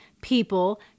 people